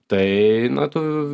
tai na tuv